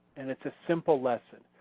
and it's a simple lesson.